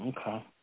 okay